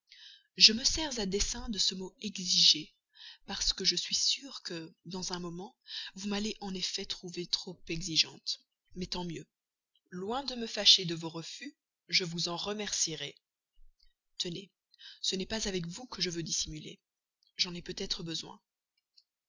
je me sers à dessein de ce mot exiger parce que je suis bien sûr que dans un moment vous m'allez en effet trouver trop exigeante mais tant mieux loin de me fâcher de vos refus je vous en remercierai tenez ce n'est pas avec vous que je veux dissimuler j'en ai peut-être besoin